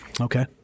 okay